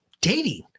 dating